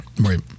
Right